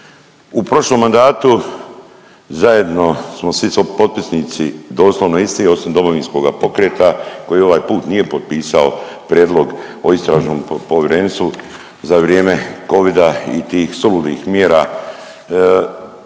U prošlom mandatu zajedno smo svi potpisnici doslovno isti osim DP-a koji ovaj put nije potpisao prijedlog o istražnom povjerenstvu za vrijeme Covida i tih suludih mjera